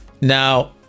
Now